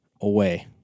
away